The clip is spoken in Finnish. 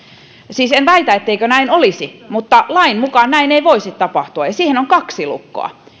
siis en väitä etteikö näin olisi mutta lain mukaan näin ei voisi tapahtua ja siihen on kaksi lukkoa